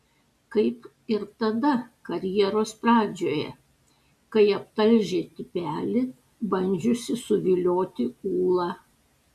kaip ir tada karjeros pradžioje kai aptalžė tipelį bandžiusį suvilioti ūlą